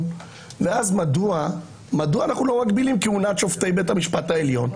אז מדוע אנחנו לא מגבילים כהונת שופטי בית המשפט העליון?